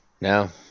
No